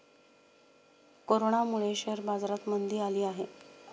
कोरोनामुळे शेअर बाजारात मंदी आली आहे